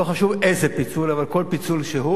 לא חשוב איזה פיצול, אבל כל פיצול שהוא,